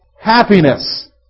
Happiness